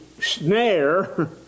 snare